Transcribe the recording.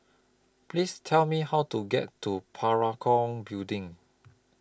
Please Tell Me How to get to Parakou Building